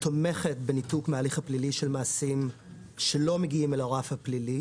תומכת בניתוק מההליך הפלילי של מעשים שלא מגיעים את הרף הפלילי,